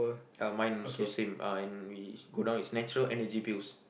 ah mine also same uh and we scroll down it's natural energy pills